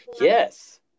Yes